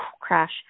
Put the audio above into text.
crash